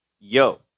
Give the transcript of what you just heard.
Yo